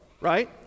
right